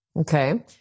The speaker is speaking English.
Okay